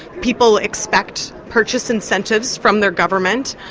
people expect purchase incentives from their government.